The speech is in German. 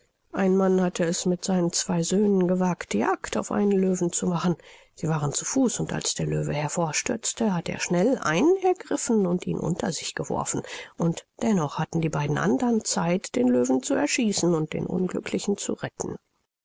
ein mann hatte es mit seinen zwei söhnen gewagt jagd auf einen löwen zu machen sie waren zu fuß und als der löwe hervorstürzte hatte er schnell einen ergriffen und ihn unter sich geworfen und dennoch hatten die beiden andern zeit den löwen zu erschießen und den unglücklichen zu retten